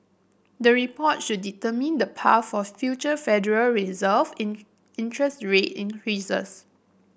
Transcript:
the reports should determine the path for future Federal Reserve in interest rate increases